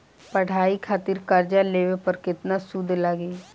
पढ़ाई खातिर कर्जा लेवे पर केतना सूद लागी?